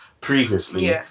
previously